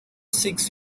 six